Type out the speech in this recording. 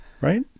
right